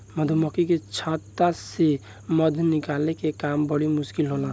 मधुमक्खी के छता से मध निकाले के काम बड़ी मुश्किल होला